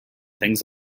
things